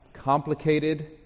Complicated